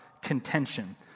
contention